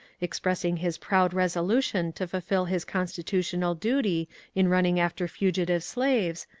expressing his proud resolu tion to fulfil his constitutional duty in running after fugitive slaves,